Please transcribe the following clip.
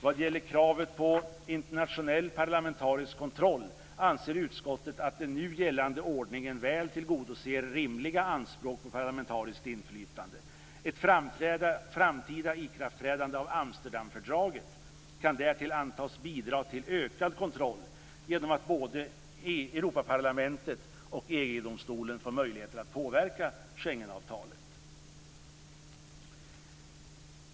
Vad gäller kravet på internationell och parlamentarisk kontroll anser utskottet att den nu gällande ordningen väl tillgodoser rimliga anspråk på parlamentariskt inflytande. Ett framtida ikraftträdande av Amsterdamfördraget kan därtill antas bidra till ökad kontroll genom att både Europaparlamentet och EG-domstolen får möjlighet att påverka Schengenavtalet.